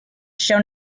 shown